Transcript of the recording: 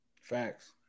Facts